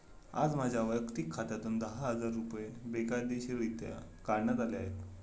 आज माझ्या वैयक्तिक खात्यातून दहा हजार रुपये बेकायदेशीररित्या काढण्यात आले आहेत